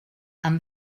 amb